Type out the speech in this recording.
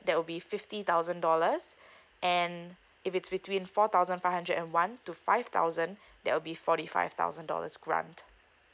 that will be fifty thousand dollars and if it's between four thousand five hundred and one to five thousand that will be forty five thousand dollars grant